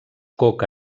coca